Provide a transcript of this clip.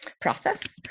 process